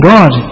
God